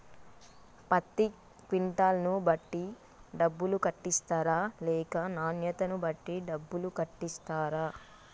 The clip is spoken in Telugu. పత్తి క్వింటాల్ ను బట్టి డబ్బులు కట్టిస్తరా లేక నాణ్యతను బట్టి డబ్బులు కట్టిస్తారా?